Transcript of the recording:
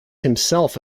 himself